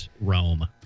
Rome